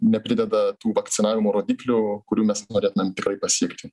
neprideda tų vakcinavimo rodiklių kurių mes norėtumėm tikrai pasiekti